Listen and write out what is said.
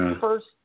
first